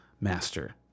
master